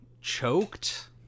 choked